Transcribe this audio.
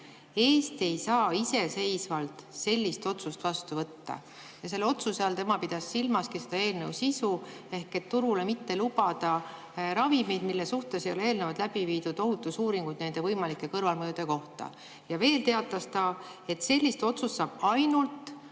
Eesti ei saa iseseisvalt sellist otsust vastu võtta. Selle otsuse all pidas tema silmas eelnõu sisu ehk et mitte lubada turule ravimeid, mille suhtes ei ole eelnevalt läbi viidud ohutusuuringuid nende võimalike kõrvalmõjude kohta. Veel teatas ta, et sellist otsust saab teha ainult